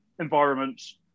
environments